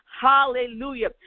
Hallelujah